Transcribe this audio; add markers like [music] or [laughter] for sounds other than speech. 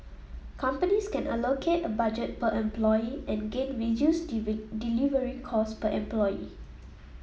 companies can allocate a budget per employee and gain reduced [unintelligible] delivery cost per employee